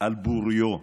על בוריו,